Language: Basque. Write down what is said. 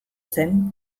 zen